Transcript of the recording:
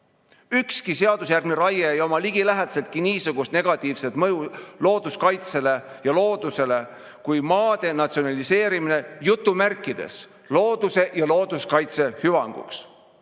Ükski seadusjärgne raie ei oma ligilähedaseltki niisugust negatiivset mõju looduskaitsele ja loodusele kui maade natsionaliseerimine jutumärkides looduse ja looduskaitse hüvanguks.